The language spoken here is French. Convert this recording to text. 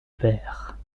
paire